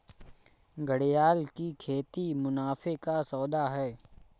घड़ियाल की खेती मुनाफे का सौदा है